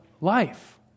life